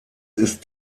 ist